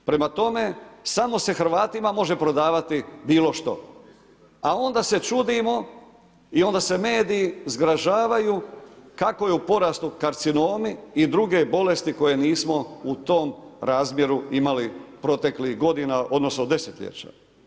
Prema tome, samo se Hrvatima može prodavati bilo što, a onda se čudimo i onda se mediji zgražavaju kako su u porastu karcinomi i druge bolesti koje nismo u tom razmjeru imali proteklih godina odnosno desetljeća.